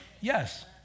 Yes